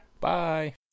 Bye